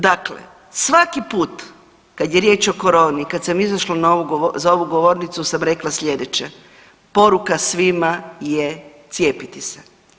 Dakle, svaki put kad je riječ o koroni kad sam izašla za ovu govornicu sam rekla slijedeće, poruka svima je cijepiti se.